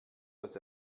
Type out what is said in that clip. das